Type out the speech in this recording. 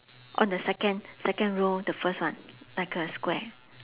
on the second second row the first one like a square